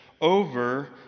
over